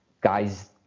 guys